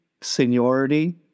seniority